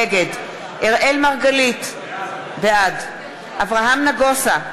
נגד אראל מרגלית, בעד אברהם נגוסה,